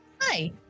Hi